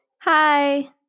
Hi